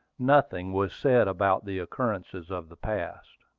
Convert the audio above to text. nothing was said about the occurrences of the past.